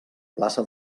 plaça